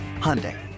Hyundai